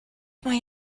mae